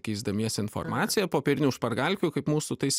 keisdamiesi informacija popierinių špargalkių kaip mūsų tais